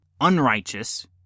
unrighteous